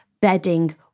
bedding